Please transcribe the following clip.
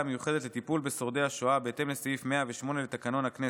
המיוחדת לטיפול בשורדי השואה בהתאם לסעיף 108 לתקנון הכנסת.